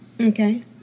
Okay